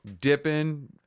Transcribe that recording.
Dipping